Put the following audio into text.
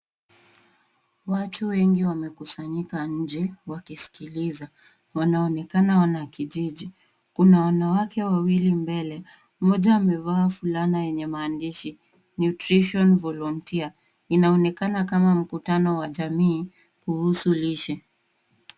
Watu wengi wamekusanyika nje wakisikiliza wanaonekana wanakijiji. Kuna wanawake wawili mbele, mmoja amevaa fulana yenye maandishi nutrition volunteer . Inaonekana kama mkutano wa jamii kuhusu lishe.